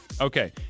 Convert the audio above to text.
Okay